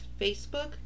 Facebook